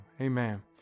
Amen